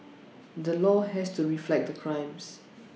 the law has to reflect the crimes